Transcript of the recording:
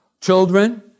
children